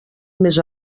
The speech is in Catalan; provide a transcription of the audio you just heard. més